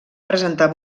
presentar